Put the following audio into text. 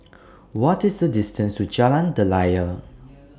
What IS The distance to Jalan Daliah